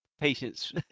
patience